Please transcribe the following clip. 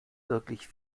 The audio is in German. wirklich